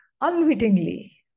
unwittingly